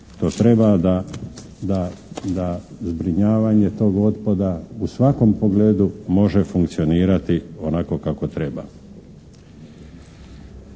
to treba. Da zbrinjavanje tog otpada u svakom pogledu može funkcionirati onako kako treba.